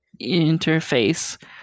interface